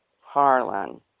Harlan